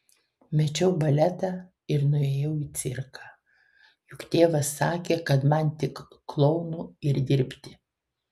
mečiau baletą ir nuėjau į cirką juk tėvas sakė kad man tik klounu ir dirbti